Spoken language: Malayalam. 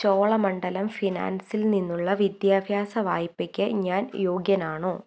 ചോളമണ്ഡലം ഫിനാൻസിൽ നിന്നുള്ള വിദ്യാഭ്യാസ വായ്പയ്ക്ക് ഞാൻ യോഗ്യനാണോ